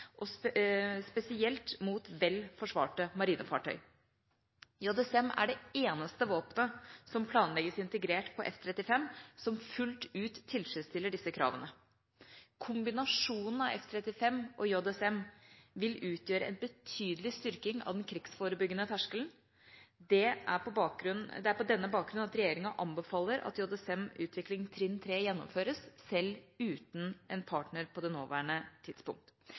og landmålskapasitet, spesielt mot vel forsvarte marinefartøy. JSM er det eneste våpenet som planlegges integrert på F-35, som fullt ut tilfredsstiller disse kravene. Kombinasjonen av F-35 og JSM vil utgjøre en betydelig styrking av den krigsforebyggende terskelen. Det er på denne bakgrunn at regjeringa anbefaler at JSM-utvikling trinn 3 gjennomføres, selv uten en partner på det nåværende tidspunkt.